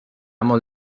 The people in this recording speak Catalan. molt